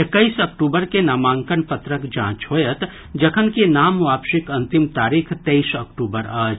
एक्कैस अक्टूबर के नामांकन पत्रक जांच होयत जखनकि नाम वापसीक अंतिम तारीख तेईस अक्टूबर अछि